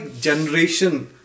generation